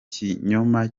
kinyoma